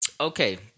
Okay